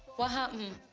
what happened?